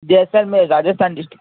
Jaisalmer Rajasthan district